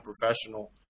professional